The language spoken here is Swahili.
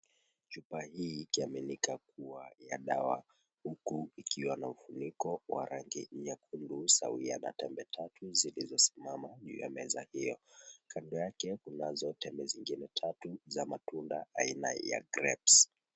Chupa hii ikiaminika kuwa ya dawa huku ikiwa na ufuniko wa rangi nyekundu sawia na tembe tatu zilizosimama juu ya meza hiyo. Kando yake kunazo tembe tatu za matunda aina ya grapes .